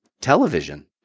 television